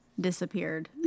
disappeared